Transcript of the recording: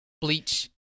bleach